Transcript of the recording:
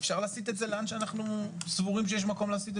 אפשר להסיט את זה לאן שאנחנו סבורים שיש מקום להסיט את זה.